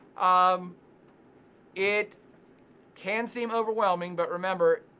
um it can seem overwhelming but remember,